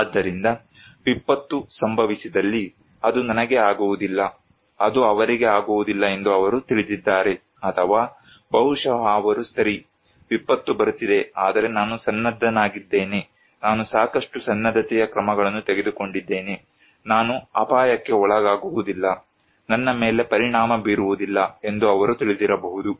ಆದ್ದರಿಂದ ವಿಪತ್ತು ಸಂಭವಿಸಿದಲ್ಲಿ ಅದು ನನಗೆ ಆಗುವುದಿಲ್ಲ ಅದು ಅವರಿಗೆ ಆಗುವುದಿಲ್ಲ ಎಂದು ಅವರು ತಿಳಿದಿದ್ದಾರೆ ಅಥವಾ ಬಹುಶಃ ಅವರು ಸರಿ ವಿಪತ್ತು ಬರುತ್ತಿದೆ ಆದರೆ ನಾನು ಸನ್ನದ್ಧನಾಗಿದ್ದೇನೆ ನಾನು ಸಾಕಷ್ಟು ಸನ್ನದ್ಧತೆಯ ಕ್ರಮಗಳನ್ನು ತೆಗೆದುಕೊಂಡಿದ್ದೇನೆ ನಾನು ಅಪಾಯಕ್ಕೆ ಒಳಗಾಗುವುದಿಲ್ಲ ನನ್ನ ಮೇಲೆ ಪರಿಣಾಮ ಬೀರುವುದಿಲ್ಲ ಎಂದು ಅವರು ತಿಳಿದಿರಬಹುದು